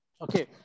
Okay